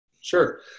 Sure